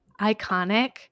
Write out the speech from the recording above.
iconic